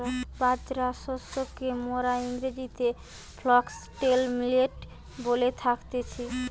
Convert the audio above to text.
বাজরা শস্যকে মোরা ইংরেজিতে ফক্সটেল মিলেট বলে থাকতেছি